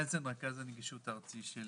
הנגישות הארצי של